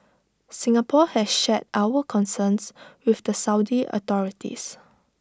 Singapore has shared our concerns with the Saudi authorities